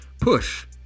push